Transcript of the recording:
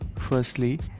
Firstly